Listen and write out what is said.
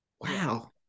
Wow